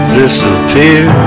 disappear